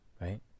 right